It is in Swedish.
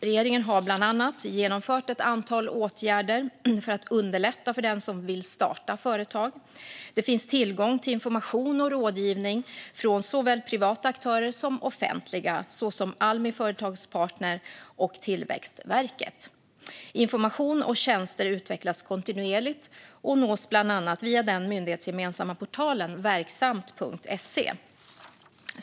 Regeringen har bland annat genomfört ett antal åtgärder för att underlätta för den som vill starta företag. Det finns tillgång till information och rådgivning från såväl privata aktörer som offentliga, såsom Almi Företagspartner AB och Tillväxtverket. Information och tjänster utvecklas kontinuerligt och nås bland annat via den myndighetsgemensamma portalen verksamt.se.